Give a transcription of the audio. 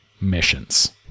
missions